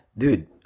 dude